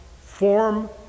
form